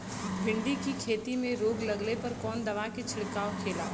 भिंडी की खेती में रोग लगने पर कौन दवा के छिड़काव खेला?